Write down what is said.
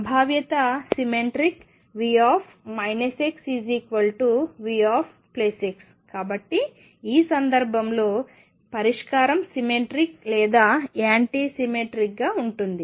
సంభావ్యత symmetric V xVx కాబట్టి ఈ సందర్భంలో పరిష్కారం సిమెట్రిక్ లేదా యాంటీ సిమెట్రిక్గా ఉంటుంది